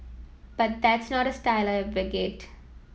but that's not a style I advocate